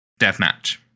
deathmatch